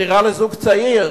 דירה לזוג צעיר.